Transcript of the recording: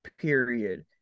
Period